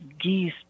geese